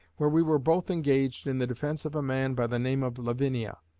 where we were both engaged in the defense of a man by the name of lavinia.